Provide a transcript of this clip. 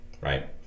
right